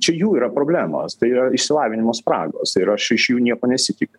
čia jų yra problemos tai yra išsilavinimo spragos ir aš iš jų nieko nesitikiu